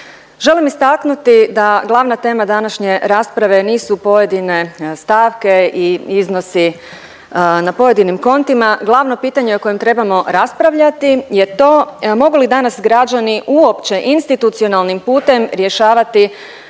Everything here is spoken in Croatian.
Želim istaknuti da glavna tema današnje rasprave nisu pojedine stavke i iznosi na pojedinim kontima, glavno pitanje o kojem trebamo raspravljati je to mogu li danas građani uopće institucionalnim putem rješavati